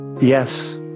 Yes